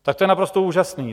Tak to je naprosto úžasné.